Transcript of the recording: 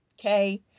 okay